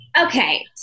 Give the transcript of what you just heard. Okay